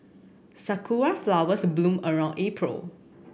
sakura flowers bloom around April